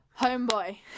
homeboy